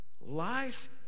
life